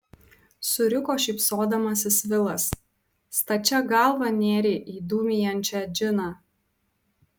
suriko šypsodamasis vilas stačia galva nėrei į dūmijančią džiną